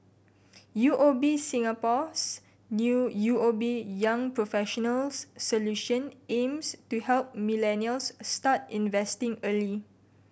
U O B Singapore's new U O B Young Professionals Solution aims to help millennials start investing early